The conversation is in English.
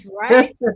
right